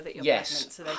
yes